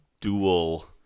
dual